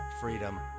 freedom